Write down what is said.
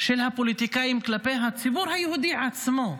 של הפוליטיקאים כלפי הציבור היהודי עצמו,